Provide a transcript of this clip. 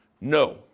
No